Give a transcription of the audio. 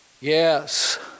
Yes